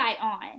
on